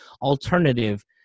alternative